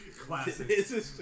Classic